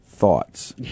thoughts